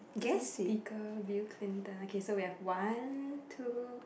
guest speaker Bill-Clinton okay so we have one two